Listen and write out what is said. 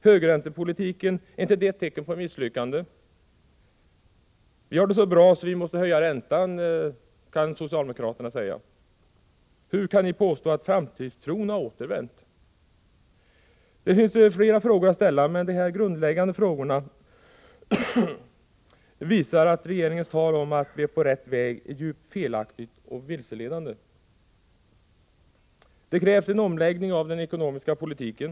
Högräntepolitiken — är inte den ett tecken på misslyckande? Vi har det så bra att vi måste höja räntan, kan socialdemokraterna säga! Hur kan ni påstå att framtidstron har återvänt? Det finns flera frågor att ställa, men dessa grundläggande frågor visar att regeringens tal om att vi är på rätt väg är djupt felaktigt och vilseledande. Det krävs en omläggning av den ekonomiska politiken.